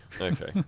okay